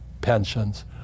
pensions